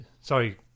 sorry